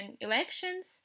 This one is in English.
elections